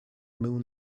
moon